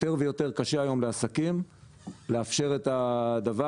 יותר ויותר קשה היום לעסקים לאפשר את הדבר